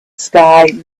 sky